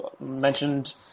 mentioned